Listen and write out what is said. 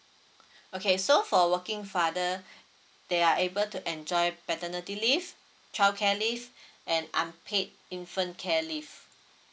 okay so for working father they are able to enjoy paternity leave childcare leave and unpaid infant care leave